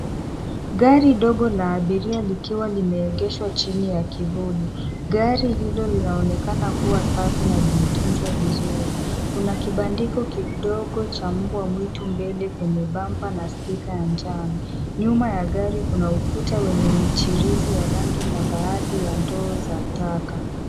Gari dogo la abiria likiwa limeegeshwa chini ya kivuli. Gari hilo linaonekana kuwa safi na limetunzwa vizuri. Kuna kibandiko kidogo cha mbwa mwitu mbele kwenye bumber na sticker ya njano. Nyuma ya gari kuna ukuta wenye michirizi ya rangi na baadhi ya ndoo za taka.